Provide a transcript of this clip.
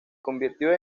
convirtió